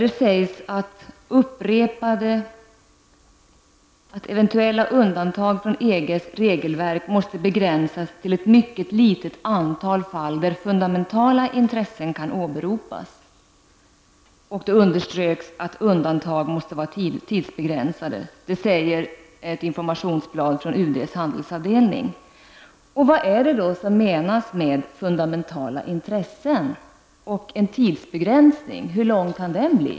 I ett informationsblad från UDs handelsavdelning sägs ''att eventuella undantag från EGs regelverk måste begränsas till ett mycket litet antal fall där fundamentala intressen kan åberopas. Det underströks att undantag måste vara tidsbegränsade.'' Vad är det då som menas med fundamentala intressen? Och en tidsbegränsning, hur lång kan den bli?